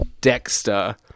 Dexter